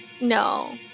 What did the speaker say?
No